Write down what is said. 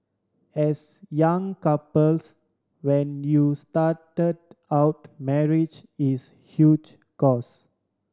as young couples when you started out marriage is huge cost